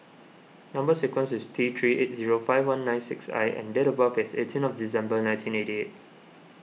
Number Sequence is T three eight zero five one nine six I and date of birth is eighteen of December nineteen eighty eight